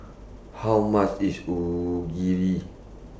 How much IS Onigiri